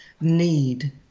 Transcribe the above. need